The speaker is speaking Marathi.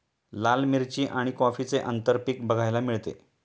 लाल मिरची आणि कॉफीचे आंतरपीक बघायला मिळते